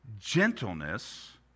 gentleness